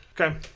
Okay